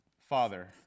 Father